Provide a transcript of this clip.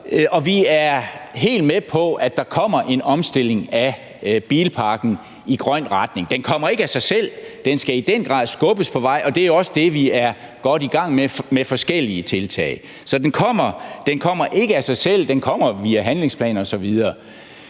vi er helt med på, at der kommer en omstilling af bilparken i grøn retning. Den kommer ikke af sig selv, den skal i den grad skubbes på vej, og det er også det, vi er godt i gang med, via forskellige tiltag. Så den kommer, den kommer ikke af sig selv, den kommer via handlingsplaner osv.